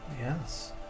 Yes